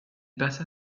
passa